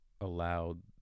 allowed